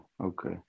Okay